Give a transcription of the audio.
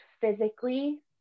physically